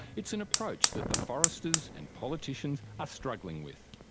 it's an approach that the foresters and politicians are struggling with.